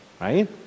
Right